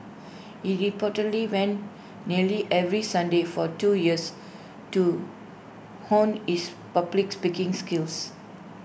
he reportedly went nearly every Sunday for two years to hone his public speaking skills